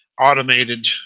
automated